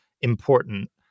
important